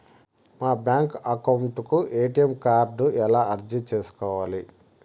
మా bank account కు ATM card ఎలా అర్జీ సేసుకోవాలి?